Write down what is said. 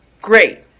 Great